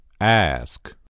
Ask